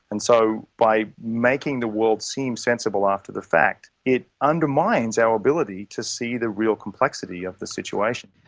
and so by making the world seem sensible after the fact it undermines our ability to see the real complexity of the situation.